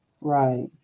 Right